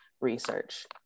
research